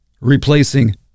replacing